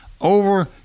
over